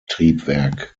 triebwerk